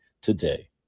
today